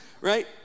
right